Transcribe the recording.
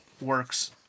works